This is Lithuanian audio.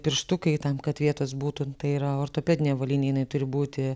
pirštukai tam kad vietos būtų tai yra ortopedinė avalynė jinai turi būti